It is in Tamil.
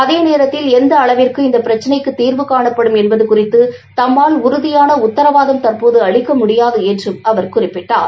அதே நேரத்தில் எந்த அளவிற்கு இந்த பிரச்சிளைக்கு தீர்வு காணப்படும் என்பது குறித்து தம்மால் உறுதியான உத்தரவாதம் தற்போது அளிக்க முடியாது அவர் குறிப்பிட்டார்